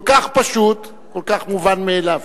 כל כך מובן מאליו.